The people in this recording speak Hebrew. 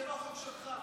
זה לא חוק שלך.